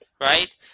right